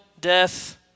death